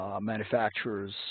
Manufacturers